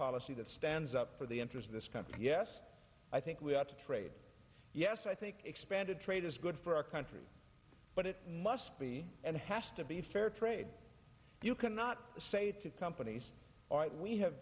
policy that stands up for the interest of this country yes i think we ought to trade yes i think expanded trade is good for our country but it must be and has to be fair trade you cannot say to companies all right we have